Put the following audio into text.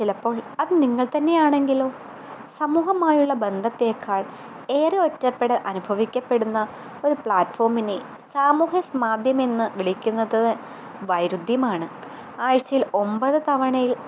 ചിലപ്പോൾ അത് നിങ്ങൾതന്നെയാണെങ്കിലോ സമൂഹമായുള്ള ബന്ധത്തേക്കാൾ ഏറെ ഒറ്റപ്പെടൽ അനുഭവിക്കപ്പെടുന്ന ഒരു പ്ലാറ്റ്ഫോമിനെ സാമൂഹ്യ മാധ്യമമെന്ന് വിളിക്കുന്നത് വൈരുധ്യമാണ് ആഴ്ചയിൽ ഒമ്പത് തവണയിൽ